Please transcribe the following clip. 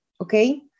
okay